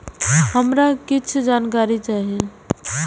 हमरा कीछ जानकारी चाही